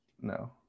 No